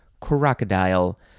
crocodile